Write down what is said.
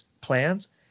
plans